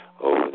over